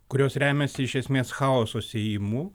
kurios remiasi iš esmės chaoso sėjimu